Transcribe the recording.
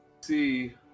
See